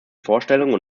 vorstellungen